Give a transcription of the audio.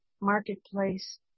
marketplace